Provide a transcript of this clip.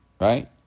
Right